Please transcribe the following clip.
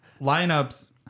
lineups